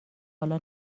حالا